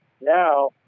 now